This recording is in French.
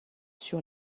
sur